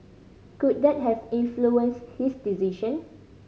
could that have influenced his decision